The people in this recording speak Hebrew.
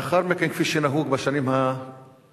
לאחר מכן, כפי שנהוג בשנים האחרונות,